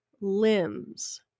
limbs